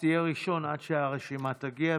אז תהיה ראשון עד שהרשימה תגיע.